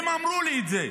הם אמרו לי את זה,